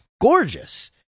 gorgeous